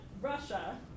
Russia